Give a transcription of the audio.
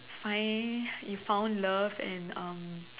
find you found love and um